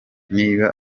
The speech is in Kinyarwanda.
niba